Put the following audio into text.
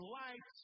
life